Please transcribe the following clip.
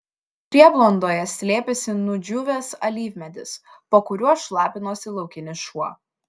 prieblandoje slėpėsi nudžiūvęs alyvmedis po kuriuo šlapinosi laukinis šuo